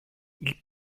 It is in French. ils